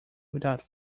without